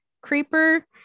Creeper